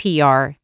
PR